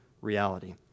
reality